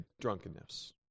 drunkenness